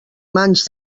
mans